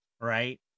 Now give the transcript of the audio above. right